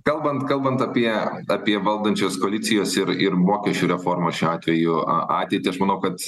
kalbant kalbant apie apie valdančios koalicijos ir ir mokesčių reformos šiuo atveju a ateitį aš manau kad